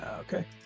Okay